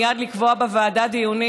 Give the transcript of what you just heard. מייד לקבוע בוועדה דיונים.